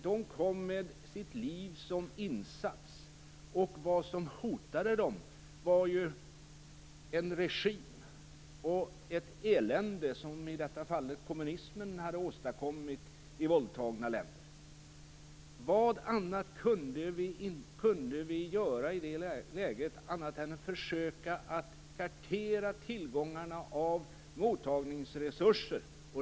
De kom med sitt liv som insats, och vad som hotade dem var en regim och ett elände som i detta fall kommunismen hade åstadkommit i våldtagna länder. Vad annat kunde vi göra i det läget än att försöka att kartera tillgångarna av mottagningsresurser?